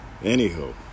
Anywho